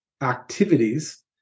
activities